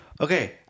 Okay